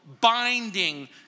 binding